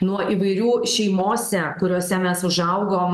nuo įvairių šeimose kuriose mes užaugom